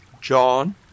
John